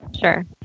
Sure